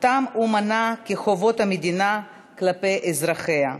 שאותם הוא מנה כחובות המדינה כלפי אזרחיה.